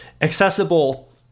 accessible